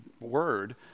word